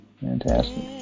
Fantastic